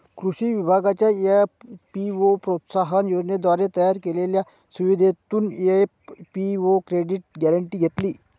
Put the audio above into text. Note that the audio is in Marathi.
कृषी विभागाच्या एफ.पी.ओ प्रोत्साहन योजनेद्वारे तयार केलेल्या सुविधेतून एफ.पी.ओ क्रेडिट गॅरेंटी घेतली